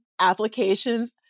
applications